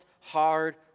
hard